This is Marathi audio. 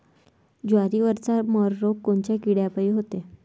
जवारीवरचा मर रोग कोनच्या किड्यापायी होते?